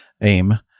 AIM